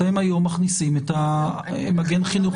אתם היום מכניסים את מגן החינוך --- אנחנו